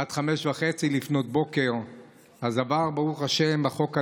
עד 05:30, עבר, ברוך השם, החוק הנורבגי.